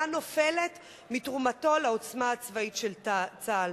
נופלת מתרומתו לעוצמה הצבאית של צה"ל.